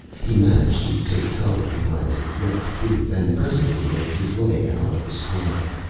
he managed to take cover behind a wrecked booth, and presently make his way out of the square.